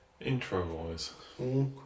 Intro-wise